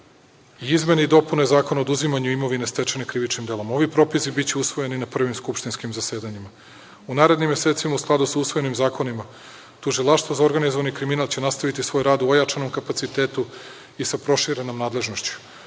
izmene i dopune Zakona o oduzimanju imovine stečene krivičnim delom. Ovi propisi biće usvojeni na prvim skupštinskim zasedanjima. U narednim mesecima, u skladu sa usvojenim zakonima, Tužilaštvo za organizovani kriminal će nastaviti svoj rad u ojačanom kapacitetu i sa proširenom nadležnošću.